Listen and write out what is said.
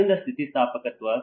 ಯಾರಿಂದ ಸ್ಥಿತಿಸ್ಥಾಪಕತ್ವ